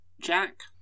Jack